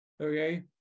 okay